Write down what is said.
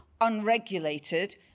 unregulated